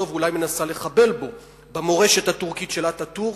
ואולי מנסה לחבל במורשת הטורקית של אטאטורק,